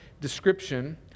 description